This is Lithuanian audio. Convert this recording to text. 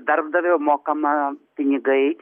darbdavio mokama pinigai